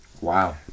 wow